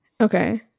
Okay